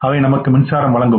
அவை நமக்கு மின்சாரம் வழங்கும்